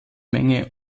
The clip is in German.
menge